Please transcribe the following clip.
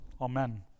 Amen